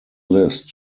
list